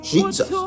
Jesus